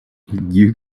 you